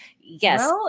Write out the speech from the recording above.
yes